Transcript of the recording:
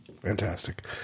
Fantastic